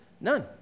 none